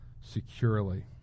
securely